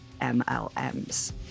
MLMs